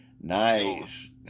nice